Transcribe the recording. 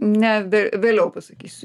ne vėliau pasakysiu